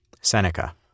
Seneca